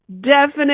definite